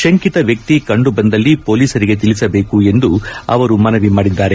ಶಂಕಿತ ವ್ಯಕ್ತಿ ಕಂಡುಬಂದಲ್ಲಿ ಹೊಲೀಸರಿಗೆ ತಿಳಿಸಬೇಕು ಎಂದು ಅವರು ಮನವಿ ಮಾಡಿದ್ದಾರೆ